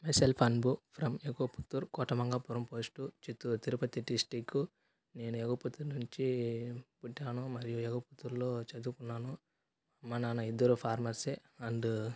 myself Anubhav from ఎగో Puttur Kotamangapuram post Chittoor Tirupati district నేను ఎగుపతి నుంచి పుట్టాను మరియు ఎగో పుత్తూరులో చదువుకున్నాను మా నాన్న ఇద్దరు ఫార్మర్సే అండ్